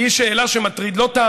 כי היא שאלה שלא תאמיני,